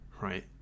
right